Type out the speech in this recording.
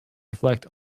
reflect